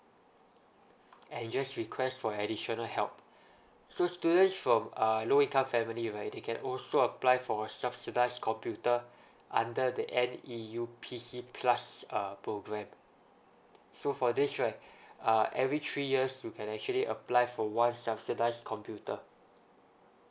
and just request for additional help so students from uh low income family right they can also apply for a subsidized computer under the NEU PC plus uh program so for this right uh every three years you can actually apply for one subsidized computer